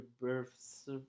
births